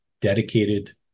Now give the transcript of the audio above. dedicated